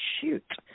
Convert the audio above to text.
shoot